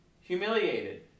humiliated